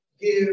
give